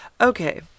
Okay